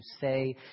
say